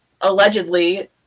allegedly